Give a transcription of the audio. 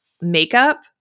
makeup